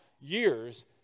years